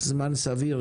זמן סביר,